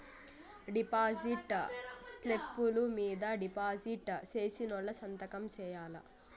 deposit స్లిప్పులు మీద deposit సేసినోళ్లు సంతకం సేయాల్ల